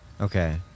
Okay